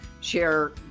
share